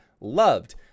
loved